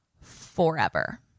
Forever